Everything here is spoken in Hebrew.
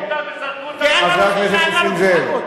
לקחו אותם וזרקו אותם, חבר הכנסת נסים זאב.